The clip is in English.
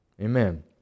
Amen